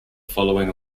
following